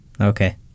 Okay